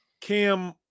Cam